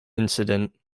incident